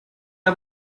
der